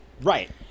Right